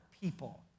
people